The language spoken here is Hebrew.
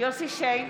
יוסף שיין,